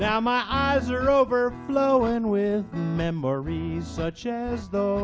now my eyes are overflowing with such as though